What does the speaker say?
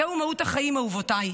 זוהי מהות החיים, אהובותיי: